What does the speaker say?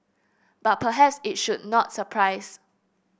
but perhaps it should not surprise